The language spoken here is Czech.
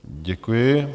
Děkuji.